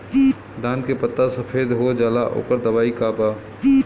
धान के पत्ता सफेद हो जाला ओकर दवाई का बा?